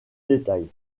détails